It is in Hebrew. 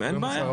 אין בעיה.